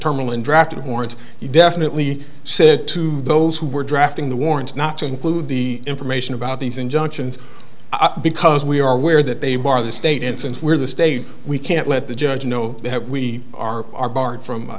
terminal and drafted warrant you definitely said to those who were drafting the warrants not to include the information about these injunctions because we are aware that they are the state and since we're the state we can't let the judge know that we are are barred from